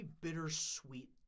bittersweet